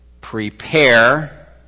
Prepare